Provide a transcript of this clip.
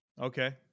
Okay